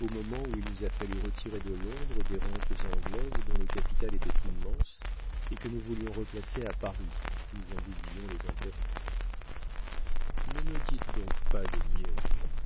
au moment où il nous a fallu retirer de londres des rentes anglaises dont le capital était immense et que nous voulions replacer à paris où nous en doublions les intérêts ne me dites donc pas de niaiseries